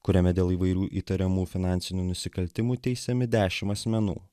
kuriame dėl įvairių įtariamų finansinių nusikaltimų teisiami dešim asmenų